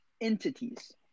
entities